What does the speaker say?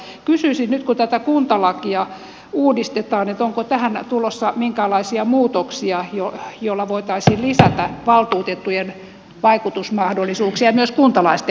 kysyisin nyt kun tätä kuntalakia uudistetaan onko tähän tulossa minkäänlaisia muutoksia joilla voitaisiin lisätä valtuutettujen vaikutusmahdollisuuksia ja myös kuntalaisten vaikuttamismahdollisuuksia